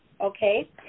okay